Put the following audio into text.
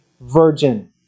virgin